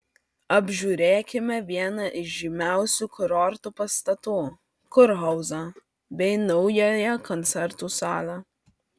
apžiūrėkime vieną iš žymiausių kurorto pastatų kurhauzą bei naująją koncertų salę